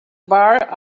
bar